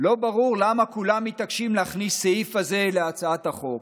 שלא ברור למה כולם מתעקשים להכניס את הסעיף הזה להצעת החוק.